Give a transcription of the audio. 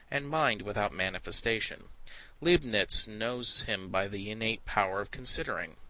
and mind without manifestation leibnitz knows him by the innate power of considering.